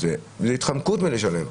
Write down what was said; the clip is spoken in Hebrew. אלא זו התחמקות מלשלם.